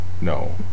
No